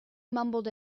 mumbled